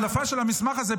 ההדלפה של המסמך הזה,